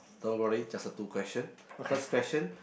don't worry just a two question first question